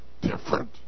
different